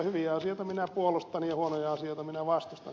hyviä asioita minä puolustan ja huonoja asioita minä vastustan